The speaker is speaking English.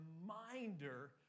reminder